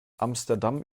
amsterdam